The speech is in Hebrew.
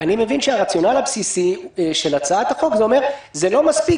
אני מבין שהרציונל הבסיס של הצעת החוק אומר שזה לא מספיק